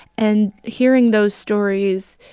and hearing those stories,